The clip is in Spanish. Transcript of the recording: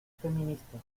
feminista